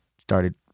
started